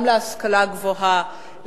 גם להשכלה הגבוהה,